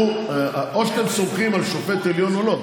או שאתם סומכים על שופט עליון או שלא.